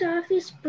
Office